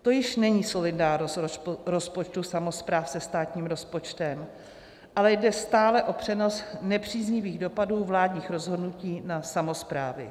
To již není solidárnost rozpočtu samospráv se státním rozpočtem, ale jde stále o přenos nepříznivých dopadů vládních rozhodnutí na samosprávy.